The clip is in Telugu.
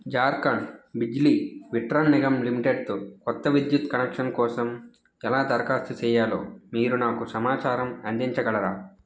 జార్ఖండ్ బిజ్లీ విట్రాన్ నిగమ్ లిమిటెడ్తో కొత్త విద్యుత్ కనెక్షన్ కోసం ఎలా దరఖాస్తు చేయాలో మీరు నాకు సమాచారం అందించగలరా